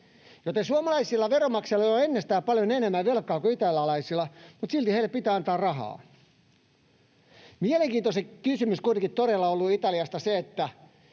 joten suomalaisilla veronmaksajilla on jo ennestään paljon enemmän velkaa kuin italialaisilla, mutta silti näille pitää antaa rahaa. Mielenkiintoisin kysymys Italiasta on